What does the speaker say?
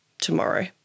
tomorrow